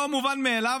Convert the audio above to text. לא מובן מאליו?